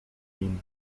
nim